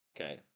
Okay